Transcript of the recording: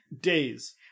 Days